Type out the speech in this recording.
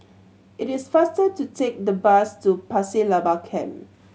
it is faster to take the bus to Pasir Laba Camp